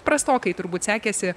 prastokai turbūt sekėsi